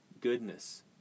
goodness